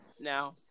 now